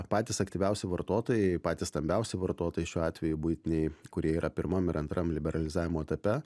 patys aktyviausi vartotojai patys stambiausi vartotojai šiuo atveju buitiniai kurie yra pirmam ir antram liberalizavimo etape